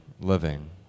living